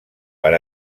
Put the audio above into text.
per